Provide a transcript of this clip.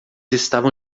estavam